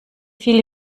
viele